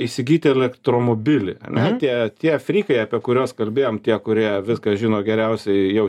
įsigyti elektromobilį ane tie tie frykai apie kuriuos kalbėjom tie kurie viską žino geriausiai jau